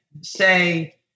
say